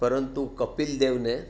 પરંતુ કપિલદેવને